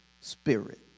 spirit